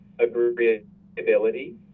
agreeability